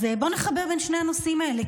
אז בואו נחבר בין שני הנושאים האלה,